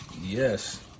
Yes